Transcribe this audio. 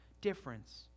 difference